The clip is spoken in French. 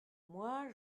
moi